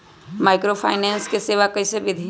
Microfinance के सेवा कइसे विधि?